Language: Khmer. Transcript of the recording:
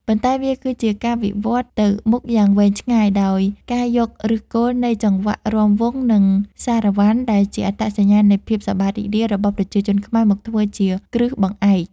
ប៉ុន្តែវាគឺជាការវិវត្តទៅមុខយ៉ាងវែងឆ្ងាយ ដោយការយកឫសគល់នៃចង្វាក់រាំវង់ និងសារ៉ាវ៉ាន់ ដែលជាអត្តសញ្ញាណនៃភាពសប្បាយរីករាយរបស់ប្រជាជនខ្មែរ មកធ្វើជាគ្រឹះបង្អែក។